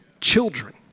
children